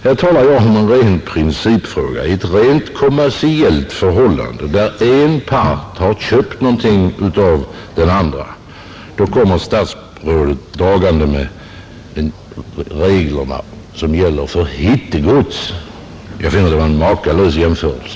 Här talar jag om en ren principfråga i ett kommersiellt förhållande, där en part har köpt någonting av den andra parten, Då kommer statsrådet dragande med reglerna som gäller för hittegods. Jag finner det vara en makalös jämförelse.